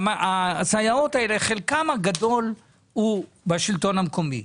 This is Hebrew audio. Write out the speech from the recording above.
הסייעות האלה, חלקן הגדול הוא בשלטון המקומי.